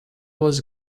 was